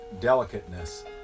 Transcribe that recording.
delicateness